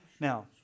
Now